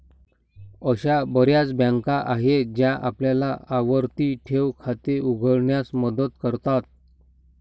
अशा बर्याच बँका आहेत ज्या आपल्याला आवर्ती ठेव खाते उघडण्यास मदत करतात